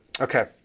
Okay